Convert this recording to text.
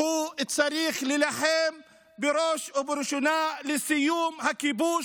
צריך להילחם בראש ובראשונה לסיום הכיבוש.